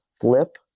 flip